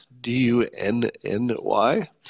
D-U-N-N-Y